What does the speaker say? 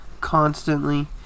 constantly